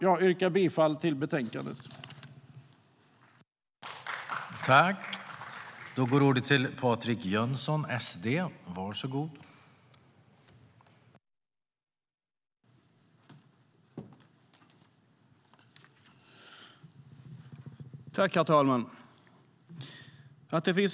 Jag yrkar bifall till utskottets förslag i betänkandet.